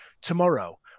tomorrow